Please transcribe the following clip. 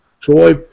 Troy